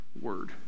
word